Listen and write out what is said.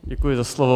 Děkuji za slovo.